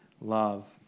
love